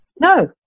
No